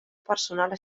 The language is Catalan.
personal